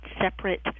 separate